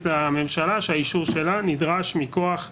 לממשלה שהאישור שלה נדרש מכך החוק.